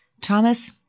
Thomas